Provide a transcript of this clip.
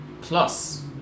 plus